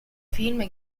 film